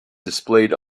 displayed